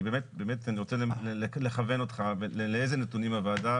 אני באמת רוצה לכוון אותך לאיזה נתונים הוועדה,